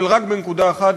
אבל רק בנקודה אחת,